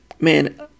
man